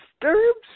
disturbs